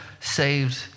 saved